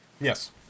Yes